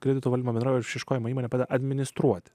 kreditų valdymo bendrovė išieškojimų įmonė administruoti